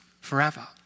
forever